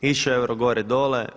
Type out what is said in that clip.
Išao je euro gore, dole.